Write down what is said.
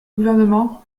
gouvernement